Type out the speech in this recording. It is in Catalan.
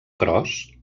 cros